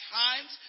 times